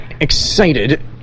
excited